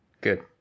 good